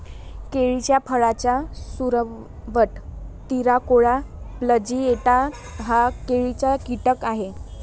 केळीच्या फळाचा सुरवंट, तिराकोला प्लॅजिएटा हा केळीचा कीटक आहे